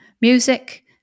Music